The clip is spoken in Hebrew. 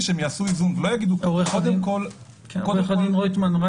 כשהם יעשו איזון הם לא יגידו --- עורך דין רויטמן,